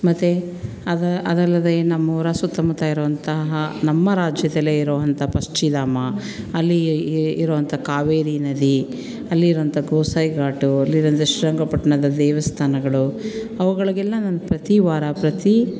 ಮತ್ತು ಅದು ಅದಲ್ಲದೇ ನಮ್ಮೂರ ಸುತ್ತಮುತ್ತ ಇರುವಂತಹ ನಮ್ಮ ರಾಜ್ಯದಲ್ಲೇ ಇರುವಂಥ ಪಕ್ಷಿಧಾಮ ಅಲ್ಲಿ ಇರುವಂಥ ಕಾವೇರಿ ನದಿ ಅಲ್ಲಿರುವಂಥ ಗೋಸಾಯಿ ಘಾಟು ಅಲ್ಲಿರುವಂಥ ಶ್ರೀರಂಗಪಟ್ಟಣದ ದೇವಸ್ಥಾನಗಳು ಅವುಗಳಿಗೆಲ್ಲ ನಾನು ಪ್ರತಿ ವಾರ ಪ್ರತಿ